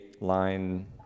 line